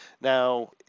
Now